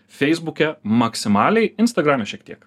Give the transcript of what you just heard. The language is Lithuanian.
feisbuke maksimaliai instagrame šiek tiek